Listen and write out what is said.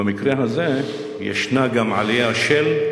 במקרה הזה ישנה גם עלייה של,